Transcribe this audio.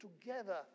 together